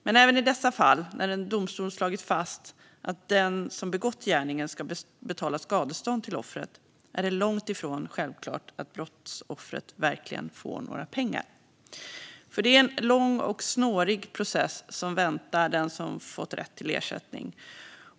Men även i dessa fall, när en domstol slagit fast att den som begått gärningen ska betala skadestånd till offret, är det långt ifrån självklart att brottsoffret verkligen får några pengar. Det är en lång och snårig process som väntar den som fått rätt till ersättning.